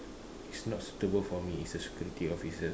is not suitable for me is a security officer